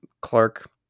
Clark